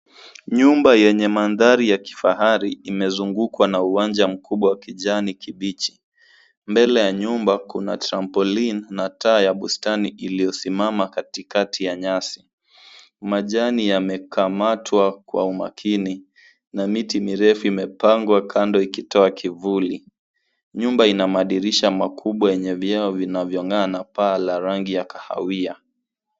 Nyumba yenye mandhari ya kifahari imezungukwa na uwanja mkubwa wa kijani kibichi. Mbele ya nyumba kuna trampoline na taa ya bustani iliyosimama katikati ya nyasi. Majani yamekamatwa kwa umakini na miti mirefu imepangwa kando ikitoa kivuli. Nyumba ina madirisha makubwa yenye vioo vinavyong'aa na paa la rangi ya kahawia.